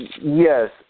Yes